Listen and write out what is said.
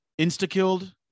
insta-killed